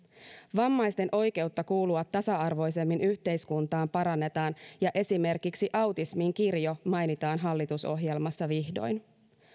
vammaisten oikeutta kuulua tasa arvoisemmin yhteiskuntaan parannetaan ja esimerkiksi autismin kirjo mainitaan hallitusohjelmassa vihdoin